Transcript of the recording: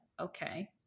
okay